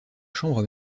chambre